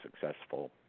successful